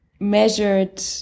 measured